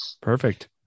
Perfect